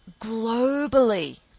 globally